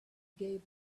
gave